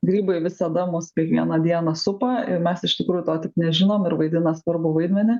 grybai visada mus kiekvieną dieną supa ir mes iš tikrųjų to tik nežinom ir vaidina svarbų vaidmenį